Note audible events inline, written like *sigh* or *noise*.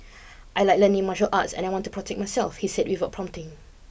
I like learning martial arts and I want to protect *noise* myself he said without prompting